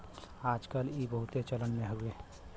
आज कल ई बहुते चलन मे हउवे